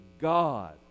God